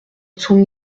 son